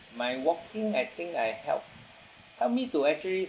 my walking I think I help help me to actually